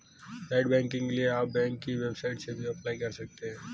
net banking के लिए आप बैंक की वेबसाइट से भी अप्लाई कर सकते है